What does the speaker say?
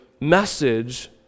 message